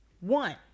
One